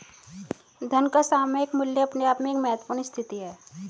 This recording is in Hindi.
धन का सामयिक मूल्य अपने आप में एक महत्वपूर्ण स्थिति है